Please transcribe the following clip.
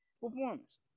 performance